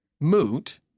Moot